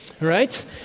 right